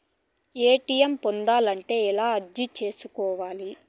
ATM పొందాలంటే ఎలా అర్జీ సేసుకోవాలి?